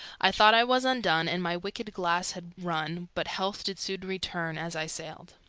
i thought i was undone, and my wicked glass had run, but health did soon return, as i sailed.